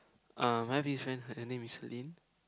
um I have this friend her name is Celine